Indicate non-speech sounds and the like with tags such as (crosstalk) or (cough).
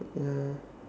(noise) ya